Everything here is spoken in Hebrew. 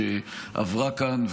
שעברה כאן,